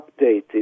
updated